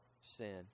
sin